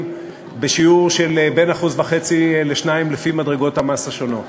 בשיעור שבין 1.5% ל-2% לפי מדרגות המס השונות.